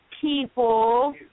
people